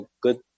good